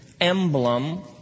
emblem